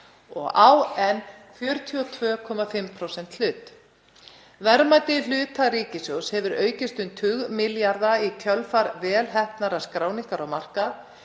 og á enn þá 42,5% hlut. Verðmæti hluta ríkissjóðs hefur aukist um tugi milljarða í kjölfar vel heppnaðra skráningar á markað